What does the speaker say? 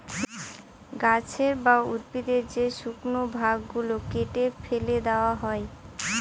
গাছের বা উদ্ভিদের যে শুকনো ভাগ গুলো কেটে ফেলে দেওয়া হয়